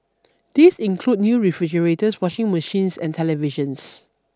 these include new refrigerators washing machines and televisions